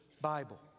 Bible